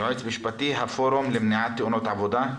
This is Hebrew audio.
יועץ משפטי לפורום למניעת תאונות עבודה.